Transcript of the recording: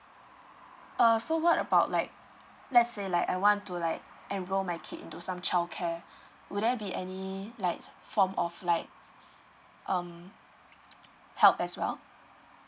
uh so what about like let's say like I want to like enroll my kid into some childcare will there be any like form of like um help as well